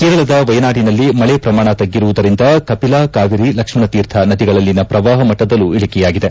ಕೇರಳದ ವಯನಾಡಿನಲ್ಲಿ ಮಳೆ ಪ್ರಮಾಣ ತಗ್ಗಿರುವುದರಿಂದ ಕಪಿಲಾ ಕಾವೇರಿ ಲಕ್ಷ್ಮಣ ತೀರ್ಥ ನದಿಗಳಲ್ಲಿನ ಪ್ರವಾಹ ಮಟ್ಟದಲ್ಲೂ ಇಳಕೆಯಾಗಿದೆ